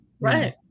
right